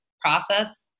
Process